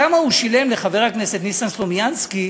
כמה הוא שילם לחבר הכנסת ניסן סלומינסקי